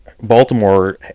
Baltimore